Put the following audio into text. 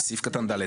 בסעיף קטן (ד),